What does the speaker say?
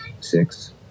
six